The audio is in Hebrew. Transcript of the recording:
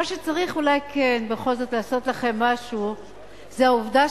מה שצריך אולי כן בכל זאת לעשות לכם משהו זה העובדה